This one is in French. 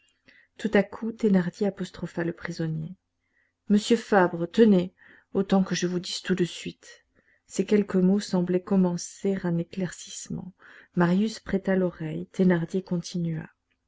tout à coup thénardier apostropha le prisonnier monsieur fabre tenez autant que je vous dise tout de suite ces quelques mots semblaient commencer un éclaircissement marius prêta l'oreille thénardier continua